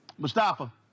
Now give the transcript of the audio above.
Mustafa